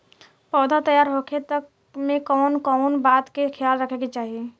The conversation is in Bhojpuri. पौधा तैयार होखे तक मे कउन कउन बात के ख्याल रखे के चाही?